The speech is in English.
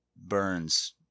burns